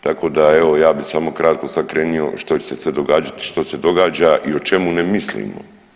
Tako da evo ja bih samo kratko sad krenuo što će se sve događati, što se događa i o čemu ne mislimo.